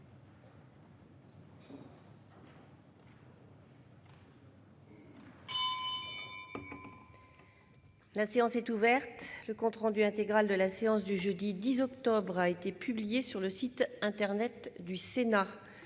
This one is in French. La séance est ouverte. Le compte rendu intégral de la séance du jeudi 10 octobre 2019 a été publié sur le site internet du Sénat.